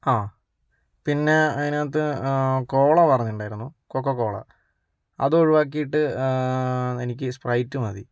ആ പിന്നെ അതിനകത്ത് കോള പറഞ്ഞിട്ടുണ്ടായിരുന്നു കൊക്കക്കോള അതൊഴുവാക്കിയിട്ട് എനിക്ക് സ്പ്രൈറ്റ് മതി